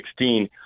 2016